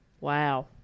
Wow